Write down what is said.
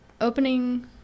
opening